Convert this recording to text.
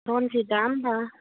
रनजितआ होम्बा